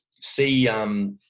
see